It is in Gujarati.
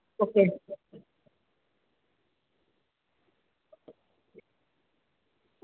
ઓકે